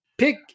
Pick